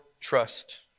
trust